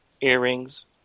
earrings